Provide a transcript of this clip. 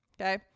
Okay